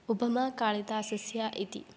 उपमा कालिदासस्य इति